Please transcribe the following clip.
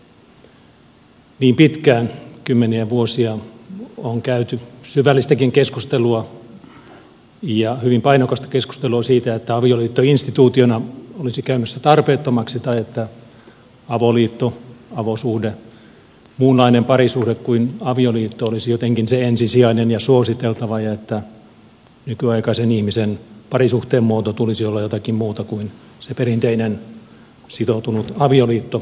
niin pitkään kymmeniä vuosia on käyty syvällistäkin keskustelua ja hyvin painokasta keskustelua siitä että avioliitto instituutiona olisi käymässä tarpeettomaksi tai että avoliitto avosuhde muunlainen parisuhde kuin avioliitto olisi jotenkin se ensisijainen ja suositeltava ja että nykyaikaisen ihmisen parisuhteen muodon tulisi olla jotakin muuta kuin se perinteinen sitoutunut avioliitto